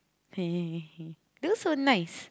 those were nice